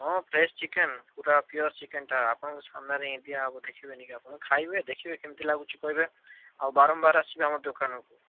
ହଁ fresh chicken ପୁରା pure ଚିକେନ୍ଟା ଆପଣଙ୍କ ସାମ୍ନାରେ ହିଁ ଦିଆହେବ ଦେଖିବେନି କି ଆପଣ ଖାଇବେ ଦେଖିବେ କେମତି ଲାଗୁଛି କହିବେ ଆଉ ବାରମ୍ବାର ଆସିବେ ଆମ ଦୋକାନକୁ